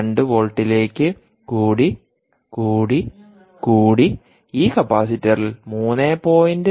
2 വോൾട്ടിലേക്ക് കൂടി കൂടി കൂടി ഈ കപ്പാസിറ്ററിൽ 3